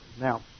Now